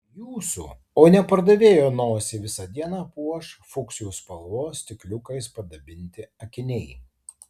jūsų o ne pardavėjo nosį visą dieną puoš fuksijų spalvos stikliukais padabinti akiniai